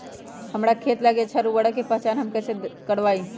हमार खेत लागी अच्छा उर्वरक के पहचान हम कैसे करवाई?